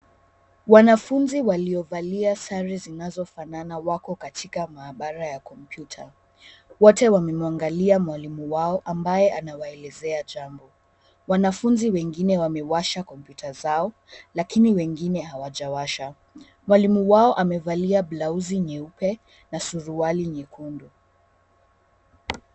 Wanafunzi waliovalia sare zinazofanana wako katika maabara ya kompyuta. Wote wamemwangalia mwalimu wao ambaye anawaelezea jambo. Wanafunzi wengine wamewasha kompyuta zao lakini wengine hawajawasha. Mwalimu wao amevalia blausi nyeupe na suruali nyekundu.